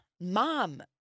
Mom